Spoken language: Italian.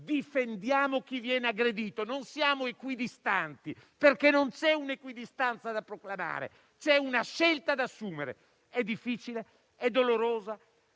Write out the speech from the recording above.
difendiamo chi viene aggredito, non siamo equidistanti. Perché non c'è un'equidistanza da proclamare, ma una scelta da assumere. È difficile e dolorosa,